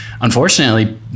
unfortunately